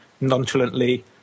nonchalantly